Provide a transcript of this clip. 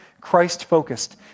Christ-focused